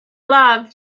love